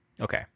okay